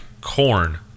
corn